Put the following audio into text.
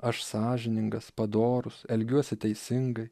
aš sąžiningas padorus elgiuosi teisingai